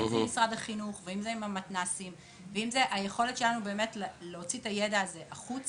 אם זה משרד החינוך ואם זה עם המתנ״סים ואם זה להוציא את הידע הזה החוצה,